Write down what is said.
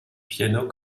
piano